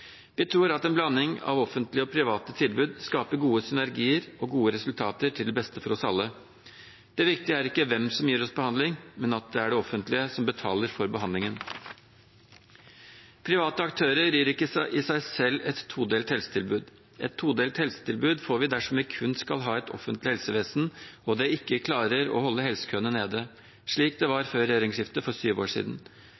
Vi tror at en blanding av offentlige og private tilbud skaper gode synergier og gode resultater til beste for oss alle. Det viktige er ikke hvem som gir oss behandling, men at det er det offentlige som betaler for behandlingen. Private aktører gir ikke i seg selv et todelt helsetilbud. Et todelt helsetilbud får vi dersom vi kun skal ha et offentlig helsevesen og det ikke klarer å holde helsekøene nede, slik det var